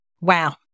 wow